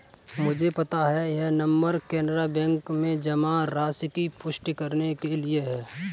मुझे पता है यह नंबर कैनरा बैंक में जमा राशि की पुष्टि करने के लिए है